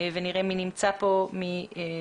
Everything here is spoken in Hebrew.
קודם כל,